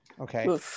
Okay